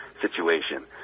situation